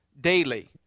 daily